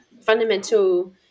fundamental